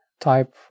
type